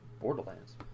Borderlands